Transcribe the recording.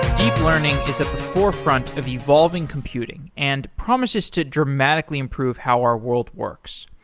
deep learning is at the forefront of evolving computing and promises to dramatically improve how our world works.